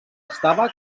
estava